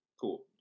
cool